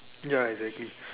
ya exactly